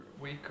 week